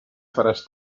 faràs